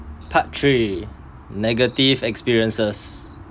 part three negative experiences